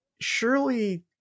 surely